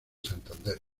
santander